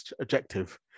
objective